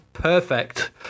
perfect